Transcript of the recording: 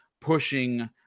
pushing